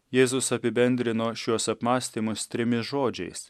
jėzus apibendrino šiuos apmąstymus trimis žodžiais